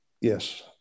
yes